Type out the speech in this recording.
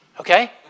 okay